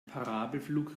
parabelflug